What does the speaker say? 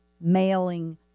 mailing